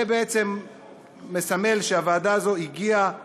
זה בעצם מסמל שהוועדה הזאת הגיעה לעבוד,